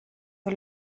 für